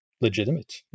legitimate